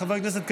חבר הכנסת קריב,